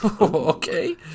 Okay